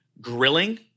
Grilling